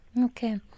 Okay